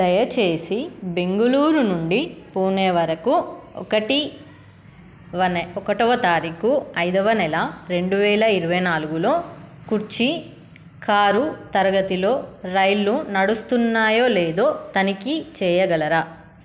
దయచేసి బెంగళూరు నుండి పూణే వరకు ఒకటి ఒకటవ తారీఖు ఐదవ నెల రెండు వేల ఇరవై నాలుగులో కుర్చీ కారు తరగతిలో రైళ్లు నడుస్తున్నాయో లేదో తనిఖీ చేయగలరా